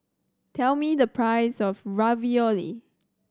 tell me the price of Ravioli